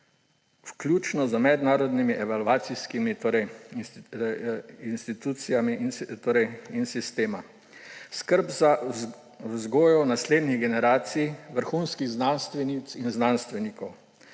vključno z mednarodnimi evalvacijskimi institucijami, in sistema; skrb za vzgojo naslednjih generacij vrhunskih znanstvenic in znanstvenikov;